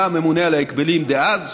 היה הממונה על ההגבלים דאז,